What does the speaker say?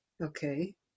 Okay